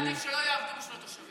שהיה עדיף שלא יעבדו בשביל התושבים.